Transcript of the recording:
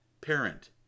Parent